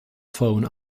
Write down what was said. phone